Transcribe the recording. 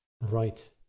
Right